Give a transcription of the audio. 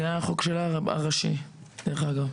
זה היה חוק שלה, הראשי, דרך אגב.